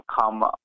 come